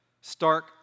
stark